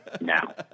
now